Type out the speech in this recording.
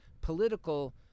political